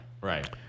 Right